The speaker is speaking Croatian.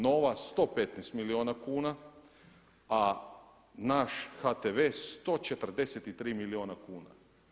NOVA 115 milijuna kuna, a naš HTV 143 milijuna kuna.